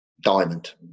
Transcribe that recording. Diamond